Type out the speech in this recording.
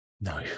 no